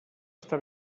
està